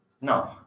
No